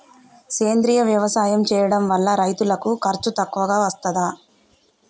సేంద్రీయ వ్యవసాయం చేయడం వల్ల రైతులకు ఖర్చు తక్కువగా వస్తదా?